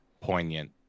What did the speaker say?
poignant